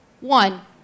one